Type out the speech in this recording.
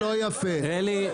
אלי,